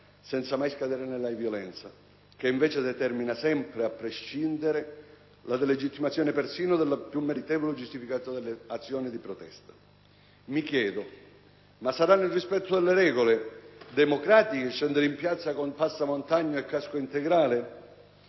senza mai scadere nella violenza, che invece determina sempre, a prescindere, la delegittimazione persino della più meritevole e giustificata delle azioni di protesta. Mi chiedo: ma sarà nel rispetto delle regole democratiche scendere in piazza con passamontagna e casco integrale?